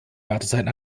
wartezeiten